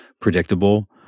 predictable